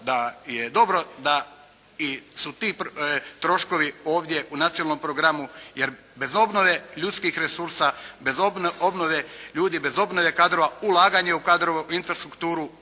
da je dobro da su i ti troškovi ovdje u Nacionalnom programu. Jer bez obnove ljudskih resursa, bez obnove ljudi, bez obnove kadrova, ulaganje u kadrove, infrastrukturu,